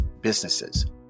businesses